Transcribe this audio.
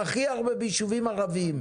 הכי הרבה ביישובים ערביים,